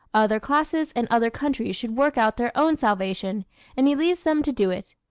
other classes and other countries should work out their own salvation and he leaves them to do it.